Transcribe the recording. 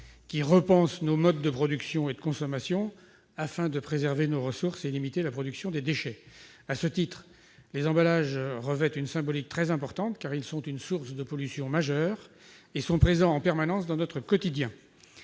qui repense nos modes de production et de consommation afin de préserver nos ressources et de limiter la production des déchets. À ce titre, les emballages revêtent une symbolique très importante, car ils sont une source de pollution majeure et sont présents en permanence dans notre quotidien.